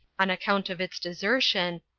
on account of its desertion,